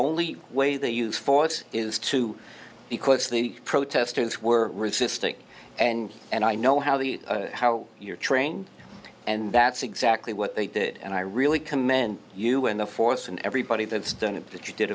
only way they use force is to because the protestors were resisting and and i know how the how you're trained and that's exactly what they did and i really commend you and the force and everybody that's done it that you did